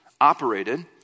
operated